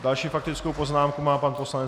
Další faktickou poznámku má pan poslanec Laudát.